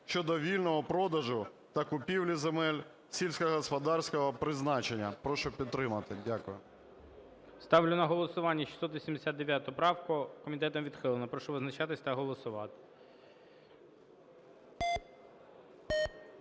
щодо вільного продажу та купівлі земель сільськогосподарського призначення". Прошу підтримати. Дякую. ГОЛОВУЮЧИЙ. Ставлю на голосування 689 правку, комітетом відхилено. Прошу визначатись та голосувати.